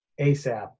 ASAP